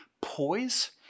poise